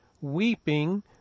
weeping